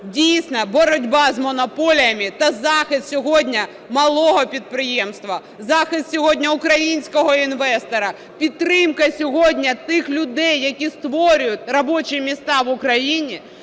дійсно, боротьба з монополіями та захист сьогодні малого підприємництва, захист сьогодні українського інвестора, підтримка сьогодні тих людей, які створюють робочі місця в Україні,